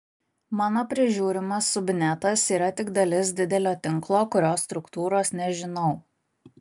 mano prižiūrimas subnetas yra tik dalis didelio tinklo kurio struktūros nežinau